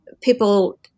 people